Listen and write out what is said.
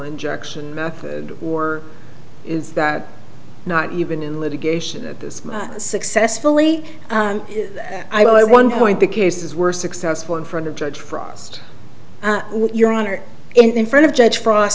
injection method or is that not even in litigation that this successfully i one point the cases were successful in front of judge frost your honor in front of judge fro